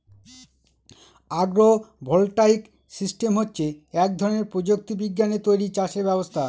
আগ্র voltaic system হচ্ছে এক ধরনের প্রযুক্তি বিজ্ঞানে তৈরী চাষের ব্যবস্থা